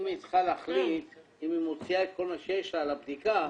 היא צריכה להחליט אם היא מוציאה כל מה שיש לה על הבדיקה,